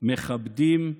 מכבדים.